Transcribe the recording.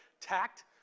tact